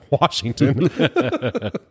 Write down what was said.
washington